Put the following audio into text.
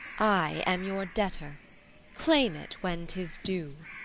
i am your debtor claim it when tis due.